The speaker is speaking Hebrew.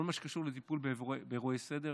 כל מה שקשור לטיפול באירוע סדר,